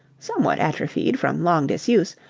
somewhat atrophied from long disuse,